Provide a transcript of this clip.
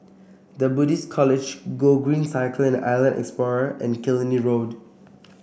The Buddhist College Gogreen Cycle and Island Explorer and Killiney Road